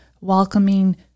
welcoming